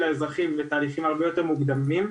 האזרחים לתהליכים שהם הרבה יותר מוקדמים,